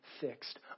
fixed